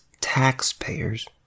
taxpayers